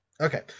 Okay